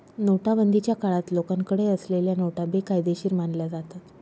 नोटाबंदीच्या काळात लोकांकडे असलेल्या नोटा बेकायदेशीर मानल्या जातात